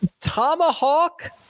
Tomahawk